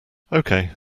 okay